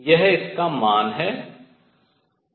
यह इसका मान है